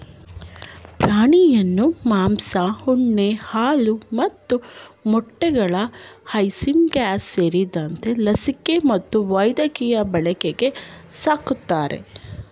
ಪ್ರಾಣಿಯನ್ನು ಮಾಂಸ ಉಣ್ಣೆ ಹಾಲು ಮತ್ತು ಮೊಟ್ಟೆಗಳು ಐಸಿಂಗ್ಲಾಸ್ ಸೇರಿದಂತೆ ಲಸಿಕೆ ಮತ್ತು ವೈದ್ಯಕೀಯ ಬಳಕೆಗೆ ಸಾಕ್ತರೆ